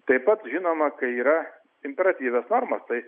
taip pat žinoma kai yra imperatyvios normos tai